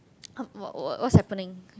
um what what what's happening